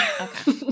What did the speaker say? Okay